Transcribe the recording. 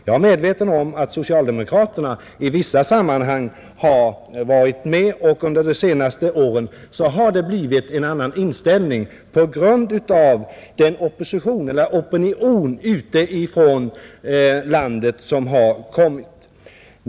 Jag är medveten om att socialdemokraterna i vissa sammanhang varit med, och under de senaste åren har inställningen blivit en annan på grund av den opinion som kommit till uttryck ute i landet.